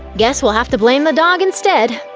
guess we'll have to blame the dog, instead!